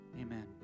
Amen